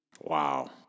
Wow